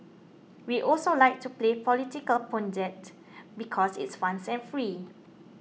we also like to play political pundit because it's fun and free